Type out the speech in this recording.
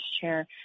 chair